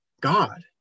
God